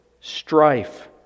strife